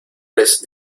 les